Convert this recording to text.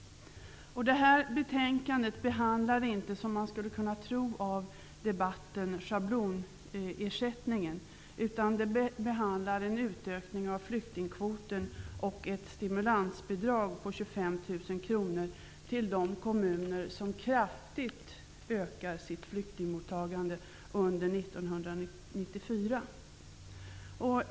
Detta betänkande behandlar inte -- som man skulle kunna tro av debatten -- schablonersättningen, utan det behandlar en utökning av flyktingkvoten och ett stimulansbidrag på 25 000 kr till de kommuner som kraftigt ökar sitt flyktingmottagande under 1994.